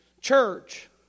church